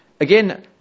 Again